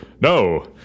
no